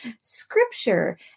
scripture